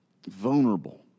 Vulnerable